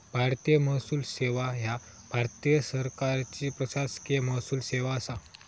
भारतीय महसूल सेवा ह्या भारत सरकारची प्रशासकीय महसूल सेवा असा